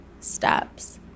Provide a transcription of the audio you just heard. steps